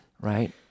right